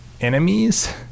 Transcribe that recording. enemies